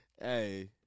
Hey